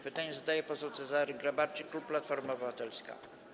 Pytanie zadaje poseł Cezary Grabarczyk, klub Platforma Obywatelska.